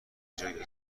جایی